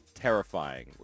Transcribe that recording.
Terrifying